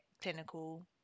clinical